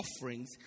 offerings